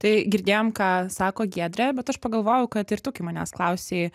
tai girdėjom ką sako giedrė bet aš pagalvojau kad ir tu kai manęs klausei